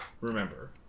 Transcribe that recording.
remember